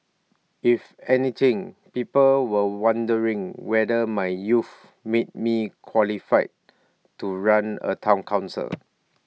if anything people were wondering whether my youth made me qualified to run A Town Council